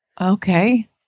Okay